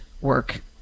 work